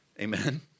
Amen